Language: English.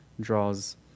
draws